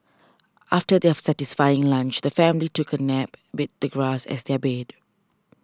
after their satisfying lunch the family took a nap with the grass as their bed